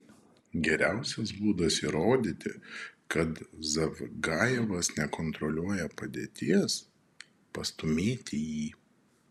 geriausias būdas įrodyti kad zavgajevas nekontroliuoja padėties pastūmėti jį